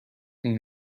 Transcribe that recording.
این